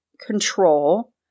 control